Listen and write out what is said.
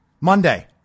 Monday